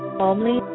calmly